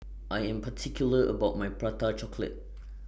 I Am particular about My Prata Chocolate